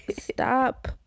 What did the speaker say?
stop